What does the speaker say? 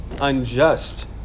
unjust